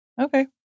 okay